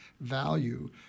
value